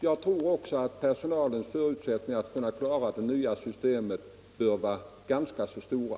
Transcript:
Jag tror att personalens förutsättningar att klara det nya systemet bör vara ganska stora.